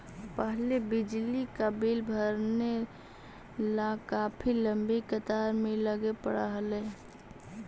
पहले बिजली का बिल भरने ला काफी लंबी कतार में लगे पड़अ हलई